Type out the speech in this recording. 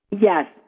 Yes